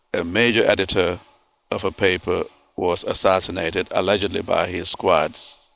a major editor of a paper was assassinated, allegedly by his squads.